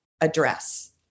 address